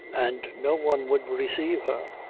and no one would resave her,